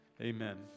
amen